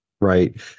right